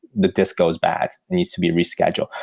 the disk goes bad. it needs to be rescheduled.